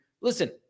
Listen